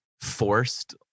forced